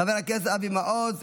חבר הכנסת אבי מעוז,